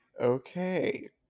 Okay